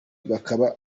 bakaba